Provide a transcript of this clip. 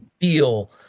feel